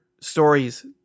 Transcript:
stories